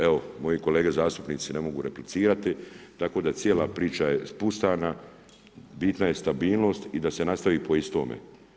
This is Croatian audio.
Evo, moji kolege zastupnici ne mogu replicirati, tako da cijela priča je … bitna je stabilnost i da se nastavi po istome.